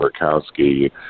Murkowski